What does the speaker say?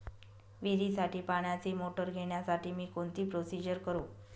विहिरीसाठी पाण्याची मोटर घेण्यासाठी मी कोणती प्रोसिजर करु?